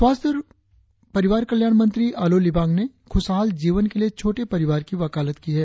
स्वास्थ्य और कल्याण मंत्री आलोह लिबांग ने खुशहाल जीवन के लिए छोटे परिवार की वकालत की है